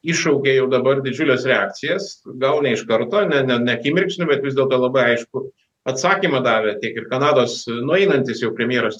iššaukė jau dabar didžiules reakcijas gal ne iš karto ne ne ne akimirksniu bet vis dėlto labai aiškų atsakymą davė tiek ir kanados nueinantis jau premjeras